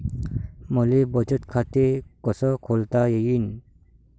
मले बचत खाते कसं खोलता येईन?